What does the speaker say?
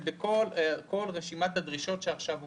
בכל רשימת הדרישות שעכשיו הוקראו.